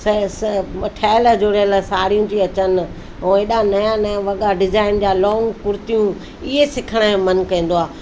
स स ठहियल जुड़ियल साड़ियूं थी अचनि हेॾा नवां नवां वॻा डिजाइन जा लॉंग कुर्तियूं इहे सिखण जो मनु कंदो आहे